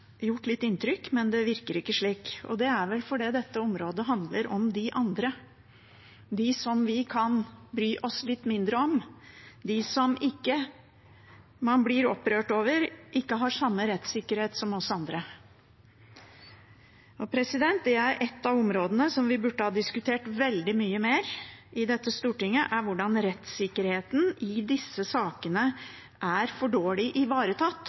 litt inntrykk, men det virker ikke slik. Og det er vel fordi dette området handler om «de andre», de som vi kan bry oss litt mindre om, de man ikke blir opprørt over ikke har samme rettssikkerhet som oss andre. Og et av de områdene vi burde ha diskutert veldig mye mer i dette storting, er hvordan rettssikkerheten i disse sakene er for dårlig ivaretatt.